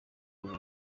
uru